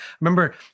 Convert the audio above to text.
remember